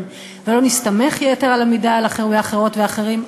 ולא נסתמך יתר על המידה על אחרות ואחרים,